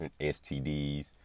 STDs